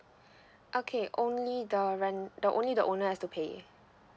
okay only the rental only the owner has to pay